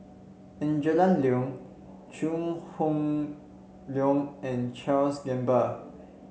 Angela Liong Chew Hock Leong and Charles Gamba